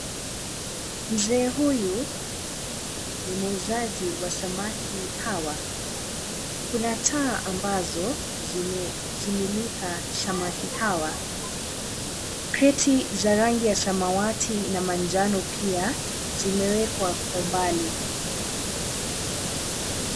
Mzee huyu ni muuzaji wa samaki hawa. Kuna taa ambazo zimemulika samaki hawa. Kreti za rangi ya samawati na manjano pia zimewekwa kwa mbali.